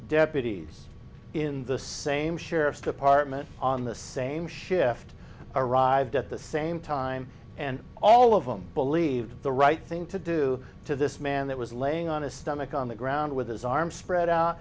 deputies in the same sheriff's department on the same shift arrived at the same time and all of them believed the right thing to do to this man that was laying on his stomach on the ground with his arms spread out